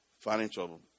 financial